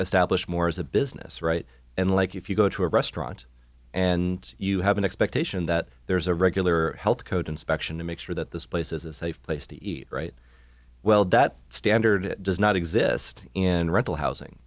established more as a business right and like if you go to a restaurant and you have an expectation that there's a regular health code inspection to make sure that this place is a safe place to eat right well that standard does not exist in rental housing